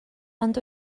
ond